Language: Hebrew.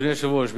אדוני היושב-ראש,